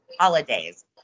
holidays